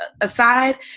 aside